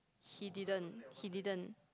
he didn't he didn't